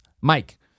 Mike